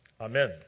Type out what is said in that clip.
Amen